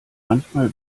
manchmal